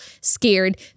scared